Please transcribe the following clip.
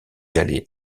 aller